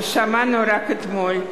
ששמענו רק אתמול,